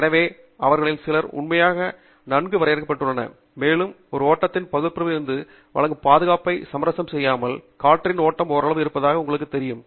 எனவே அவர்களில் சிலர் உண்மையில் நன்கு வரையறுக்கப்பட்டுள்ளனர் மேலும் ஒரு ஓட்டத்தின் பகுத்தறிவிலிருந்து நீங்கள் வழங்கும் பாதுகாப்பை சமரசம் செய்யாமல் காற்றின் ஓட்டம் ஓரளவுக்கு இருப்பதாக உங்களுக்குத் தெரியும்